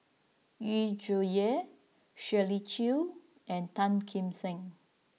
Yu Zhuye Shirley Chew and Tan Kim Seng